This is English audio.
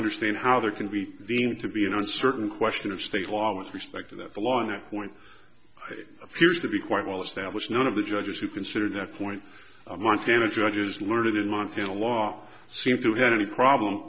understand how there can be deemed to be an uncertain question of state law with respect to the law and that point appears to be quite well established none of the judges who consider that point montana judges learned in montana law seem to have any problem